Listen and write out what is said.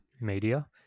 media